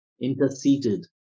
interceded